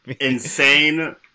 Insane